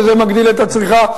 וזה מגדיל את הצריכה,